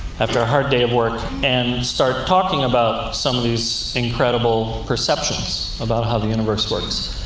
after a hard day of work, and start talking about some of these incredible perceptions about how the universe works.